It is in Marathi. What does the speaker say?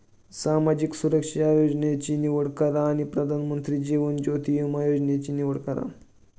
सामाजिक सुरक्षा योजनांची निवड करा आणि प्रधानमंत्री जीवन ज्योति विमा योजनेची निवड करा